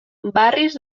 barris